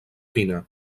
pina